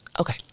Okay